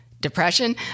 depression